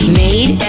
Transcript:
made